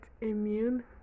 immune